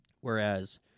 Whereas